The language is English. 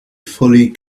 fully